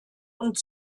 und